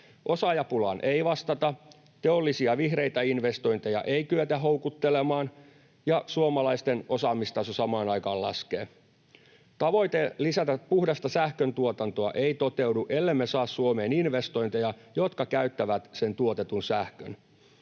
Osaajapulaan ei vastata, teollisia vihreitä investointeja ei kyetä houkuttelemaan, ja suomalaisten osaamistaso samaan aikaan laskee. Tavoite lisätä puhdasta sähköntuotantoa ei toteudu, ellemme saa Suomeen investointeja, jotka käyttävät sen tuotetun sähkön.